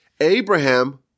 Abraham